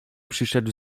przyszedł